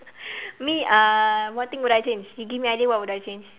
me uh what thing would I change you give me idea what would I change